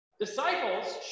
Disciples